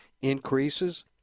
increases